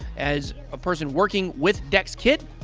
as a person working with dexkit,